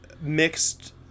mixed